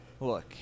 Look